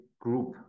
group